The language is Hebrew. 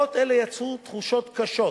הוראות אלו יצרו תחושות קשות